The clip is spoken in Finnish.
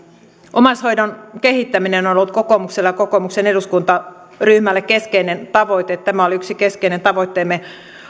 omaishoidon kehittäminen on ollut kokoomukselle ja kokoomuksen eduskuntaryhmälle keskeinen tavoite tämä oli yksi keskeinen tavoitteemme